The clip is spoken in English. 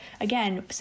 again